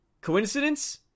Coincidence